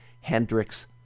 Hendrix